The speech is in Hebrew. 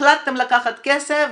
החלטתם לקחת כסף,